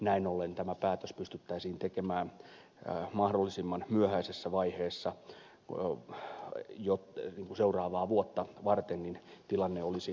näin ollen tämä päätös pystyttäisiin tekemään mahdollisimman myöhäisessä vaiheessa seuraavaa vuotta varten niin tilanne olisi